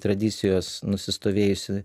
tradicijos nusistovėjusi